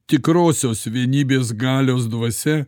tikrosios vienybės galios dvasia